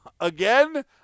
Again